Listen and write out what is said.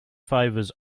favours